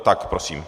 Tak prosím.